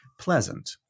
pleasant